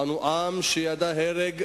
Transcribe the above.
אנו עם שידע הרג,